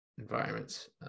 environments